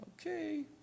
okay